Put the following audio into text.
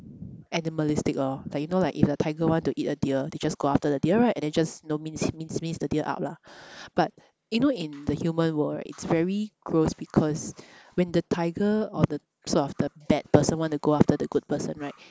animalistic lor like you know like if a tiger want to eat a dear they just go after the dear right and then just know mince mince mince the dear up lah but you know in the human world it's very gross because when the tiger or the sort of the bad person want to go after the good person right